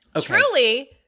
Truly